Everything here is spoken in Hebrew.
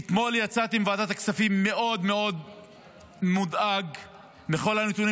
אתמול יצאתי מוועדת הכספים מאוד מודאג מכל הנתונים